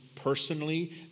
Personally